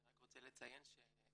אני רק רוצה לציין שבגלל